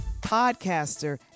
podcaster